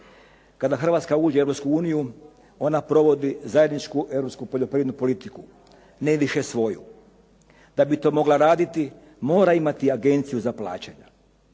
Kada Hrvatska uđe u Europsku uniju ona provodi zajedničku europsku poljoprivrednu politiku. Ne više svoju. Da bi to mogla raditi mora imati agenciju za plaćanja.